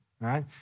right